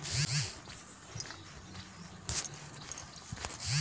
ಕುಚ್ಚಲಕ್ಕಿಯಲ್ಲಿ ಒಳ್ಳೆ ಕುಚ್ಚಲಕ್ಕಿ ಯಾವುದು?